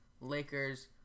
Lakers